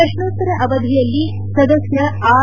ಪ್ರಶ್ನೋತ್ತರ ಅವಧಿಯಲ್ಲಿ ಸದಸ್ಯ ಆರ್